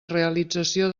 realització